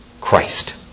Christ